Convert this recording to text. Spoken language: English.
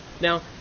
Now